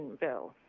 bill